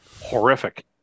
horrific